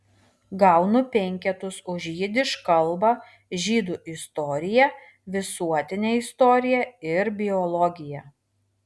gaunu penketus už jidiš kalbą žydų istoriją visuotinę istoriją ir biologiją